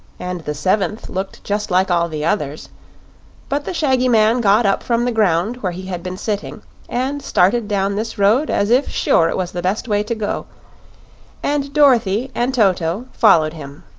and the seventh looked just like all the others but the shaggy man got up from the ground where he had been sitting and started down this road as if sure it was the best way to go and dorothy and toto followed him.